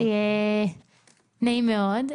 נעים מאוד.